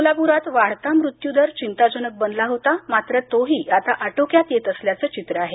सोलापुरात वाढता मृत्यूदर चिंताजनक बनला होता मात्र तोही आता आटोक्यात येत असल्याचं चित्र आहे